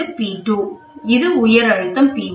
இதுவே P2 இது உயர் அழுத்தம் P1